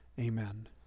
amen